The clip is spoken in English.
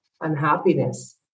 unhappiness